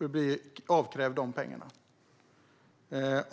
kan bli avkrävd dessa pengar.